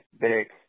big